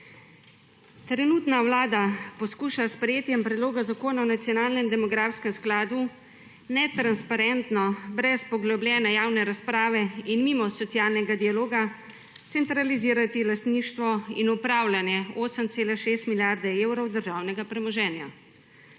Trenutna Vlada poskuša s sprejetjem predloga Zakona o nacionalnem demografskem skladu netransparentno, brez poglobljene javne razprave in mimo socialnega dialoga, centralizirati lastništvo in upravljanje 8,6 milijarde evrov državnega premoženja.